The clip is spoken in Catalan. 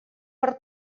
per